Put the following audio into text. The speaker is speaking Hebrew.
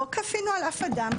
לא כפינו על אף אדם,